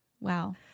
Wow